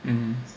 um